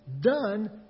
done